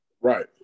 Right